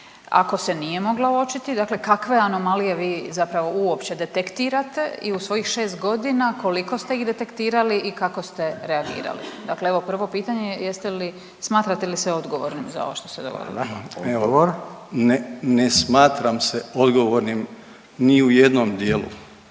ako se nije mogla uočiti dakle kakve anomalije vi zapravo uopće detektirate i u svojih 6.g. koliko ste ih detektirali i kako ste reagirali? Dakle evo prvo pitanje, jeste li, smatrate li se odgovornim za ovo što se dogodilo? **Radin, Furio (Nezavisni)** Hvala.